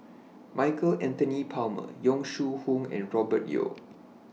Michael Anthony Palmer Yong Shu Hoong and Robert Yeo